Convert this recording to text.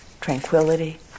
tranquility